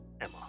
Emma